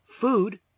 food